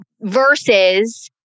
versus